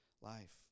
life